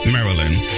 Maryland